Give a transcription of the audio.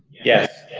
yes.